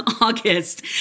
August